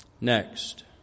Next